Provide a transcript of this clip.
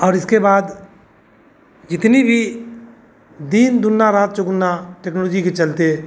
और इसके बाद इतनी भी दिन दोगना रात चौगुना टेक्नोलोजी के चलते